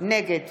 נגד